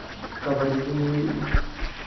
kabaddi